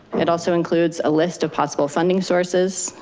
it also includes a list of possible funding sources,